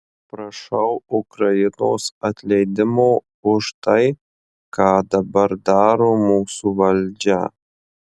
prašau ukrainos atleidimo už tai ką dabar daro mūsų valdžią